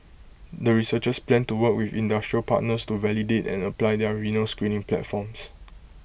the researchers plan to work with industrial partners to validate and apply their renal screening platforms